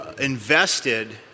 invested